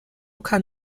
kann